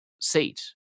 seat